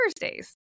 Thursdays